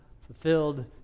fulfilled